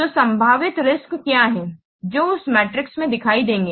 तो संभावित रिस्क्स क्या हैं जो उस मैट्रिक्स में दिखाई देंगे